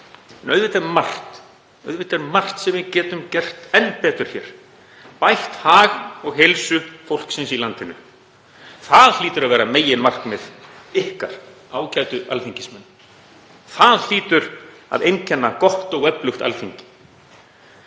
auðvitað er margt sem við getum gert enn betur hér, bætt hag og heilsu fólksins í landinu. Það hlýtur að vera meginmarkmið ykkar, ágætu alþingismenn. Það hlýtur að einkenna gott og öflugt Alþingi.